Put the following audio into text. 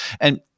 And-